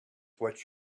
what